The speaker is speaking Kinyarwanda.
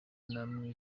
namwe